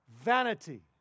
vanity